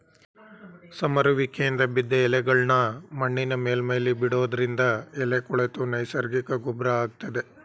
ಸಮರುವಿಕೆಯಿಂದ ಬಿದ್ದ್ ಎಲೆಗಳ್ನಾ ಮಣ್ಣಿನ ಮೇಲ್ಮೈಲಿ ಬಿಡೋದ್ರಿಂದ ಎಲೆ ಕೊಳೆತು ನೈಸರ್ಗಿಕ ಗೊಬ್ರ ಆಗ್ತದೆ